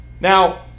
Now